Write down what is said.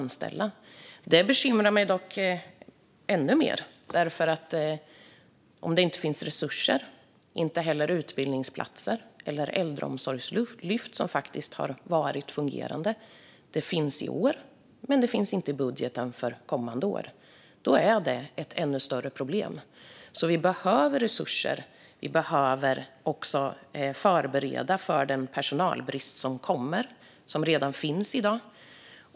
Det som bekymrar mig ännu mer är om det inte finns resurser, utbildningsplatser eller äldreomsorgslyft, som faktiskt har fungerat. Det finns i år, men det finns inte i budgeten för kommande år. Då är det ett ännu större problem. Vi behöver alltså resurser, och vi behöver också förbereda för den personalbrist som kommer och som redan finns i dag.